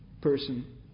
person